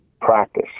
practice